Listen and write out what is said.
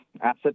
asset